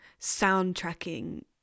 soundtracking